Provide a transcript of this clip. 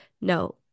no